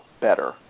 better